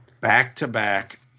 back-to-back